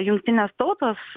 jungtinės tautos